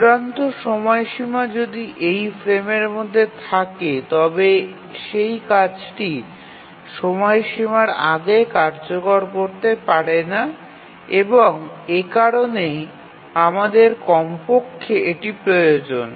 চূড়ান্ত সময়সীমা যদি এই ফ্রেমের মধ্যে থাকে তবে সেই কাজটি সময়সীমার আগে কার্যকর করতে পারে না এবং এ কারণেই আমাদের কমপক্ষে এটি প্রয়োজন